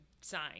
sign